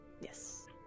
yes